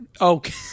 Okay